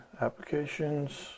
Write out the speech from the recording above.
Applications